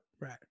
Right